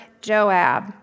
Joab